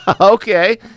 Okay